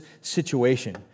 situation